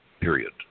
period